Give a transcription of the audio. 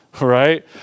right